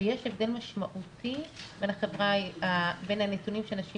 שיש הבדל משמעותי בין הנתונים של נשים